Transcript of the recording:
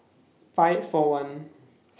five four one